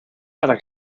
para